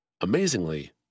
Amazingly